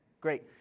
Great